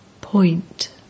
point